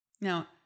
Now